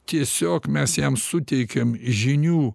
tiesiog mes jam suteikiam žinių